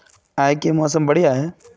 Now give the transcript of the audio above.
आय के मौसम बढ़िया है?